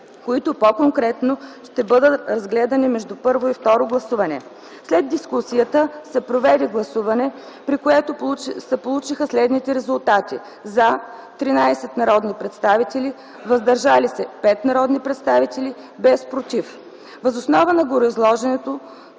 които по-конкретно ще бъдат разгледани между първо и второ гласуване. След дискусията се проведе гласуване, при което се получиха следните резултати: “за” – 13 народни представители; “въздържали се” - 5 народни представители, без “против”. Въз основа на гореизложеното